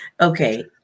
Okay